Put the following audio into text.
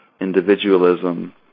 individualism